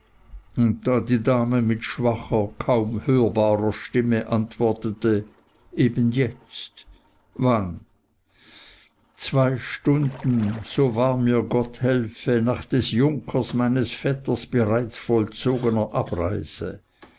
und da die dame mit schwacher kaum hörbarer stimme antwortete eben jetzt wann zwei stunden so wahr mir gott helfe nach des junkers meines vetters bereits vollzogener abreise